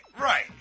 Right